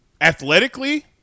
athletically